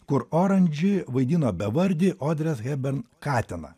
kur orangey vaidino bevardį odrės hepbern katiną